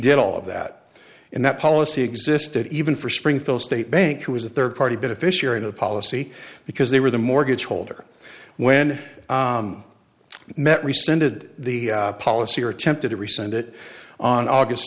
did all of that and that policy existed even for springfield state bank who was a third party beneficiary of the policy because they were the mortgage holder when he met rescinded the policy or attempted to rescind it on august